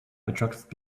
attracts